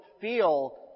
feel